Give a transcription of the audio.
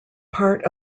part